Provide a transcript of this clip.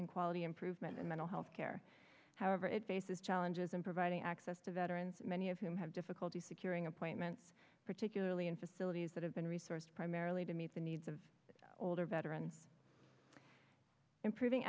and quality improvement in mental health care however it faces challenges in providing access to veterans many of whom have difficulty securing appointments particularly in facilities that have been resourced primarily to meet the needs of older veteran improving